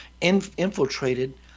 infiltrated